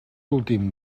últim